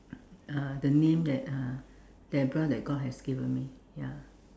uh the name that uh Deborah that God has given me ya